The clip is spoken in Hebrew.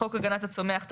חוק הגנת הצומח,